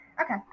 Okay